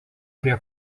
prie